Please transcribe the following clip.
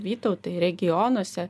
vytautai regionuose